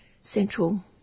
central